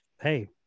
hey